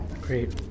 great